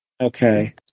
okay